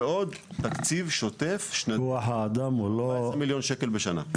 ועוד תקציב שוטף שנתי של 14 מיליון שקלים בשנה.